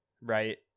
right